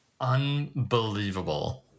Unbelievable